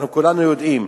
אנחנו כולנו יודעים,